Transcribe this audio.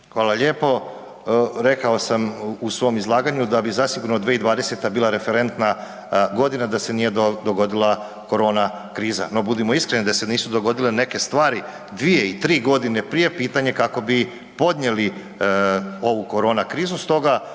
Hvala lijepo. Rekao sam u svom izlaganju da bi zasigurno 2020. bila referentna godina da se nije dogodila korona kriza no budimo iskreni, da se nisu dogodile neke stvari, 2 i 3 g. prije pitanje, pitanje kako bi podnijeli ovu korona krizu